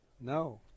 No